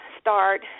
start